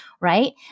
right